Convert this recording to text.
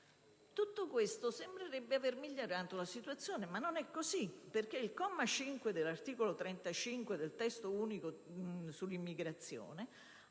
Tutto questo sembrerebbe aver migliorato la situazione, ma non è così. Infatti, il comma 5 dell'articolo 35 del Testo unico sull'immigrazione,